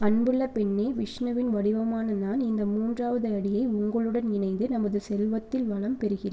அன்புள்ள பெண்ணே விஷ்ணுவின் வடிவமான நான் இந்த மூன்றாவது அடியை உங்களுடன் இணைத்து நமது செல்வத்தில் வளம் பெறுகிறேன்